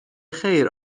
خیر